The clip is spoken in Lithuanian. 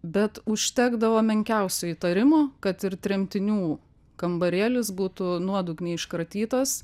bet užtekdavo menkiausio įtarimo kad ir tremtinių kambarėlis būtų nuodugniai iškratytas